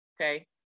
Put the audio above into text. Okay